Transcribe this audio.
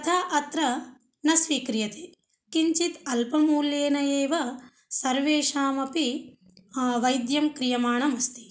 तथा अत्र न स्वीक्रियते किञ्चित् अल्पमूल्येन एव सर्वेषामपि वैद्यं क्रियमाणं अस्ति